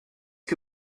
que